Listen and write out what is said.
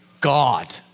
God